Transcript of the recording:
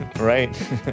right